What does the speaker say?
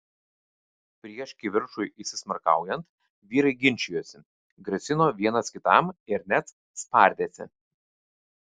prieš kivirčui įsismarkaujant vyrai ginčijosi grasino vienas kitam ir net spardėsi